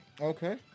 Okay